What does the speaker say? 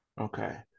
Okay